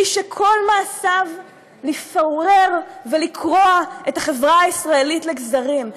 שכל מעשיו לפורר ולקרוע את החברה הישראלית לגזרים,